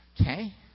Okay